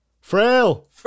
Frail